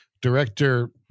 director